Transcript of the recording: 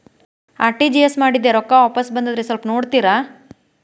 RTGS ಮಾಡಿದ್ದೆ ರೊಕ್ಕ ವಾಪಸ್ ಬಂದದ್ರಿ ಸ್ವಲ್ಪ ನೋಡ್ತೇರ?